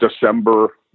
December